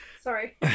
sorry